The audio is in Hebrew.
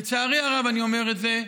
לצערי הרב, אני אומר את זה,